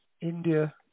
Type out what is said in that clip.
India